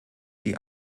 die